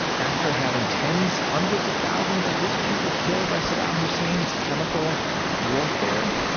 after having tens, hundreds of thousands of his people killed by saddam hussein's chemical warfare,